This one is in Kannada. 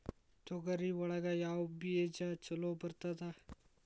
ತೊಗರಿ ಒಳಗ ಯಾವ ಬೇಜ ಛಲೋ ಬರ್ತದ?